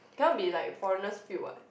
cannot be like foreigners feel what